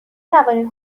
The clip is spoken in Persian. توانید